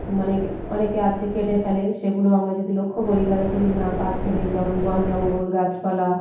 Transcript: মানে অনেকে আছে কেটে ফেলে সেগুলো আমরা যদি লক্ষ্য করি তাদেরকে যদি না কাটতে দিই যেমন বন জঙ্গল গাছপালা